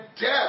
death